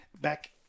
back